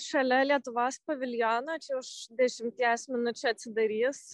šalia lietuvos paviljono čia už dešimties minučių atsidarys